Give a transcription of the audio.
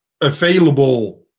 available